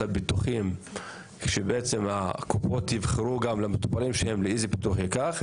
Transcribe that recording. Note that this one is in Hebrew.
הביטוחים שבעצם הקופות יבחרו גם למטופלים שלהם איזה ביטוח ייקח,